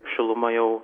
šiluma jau